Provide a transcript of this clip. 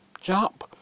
jump